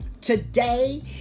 today